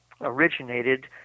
originated